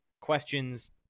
questions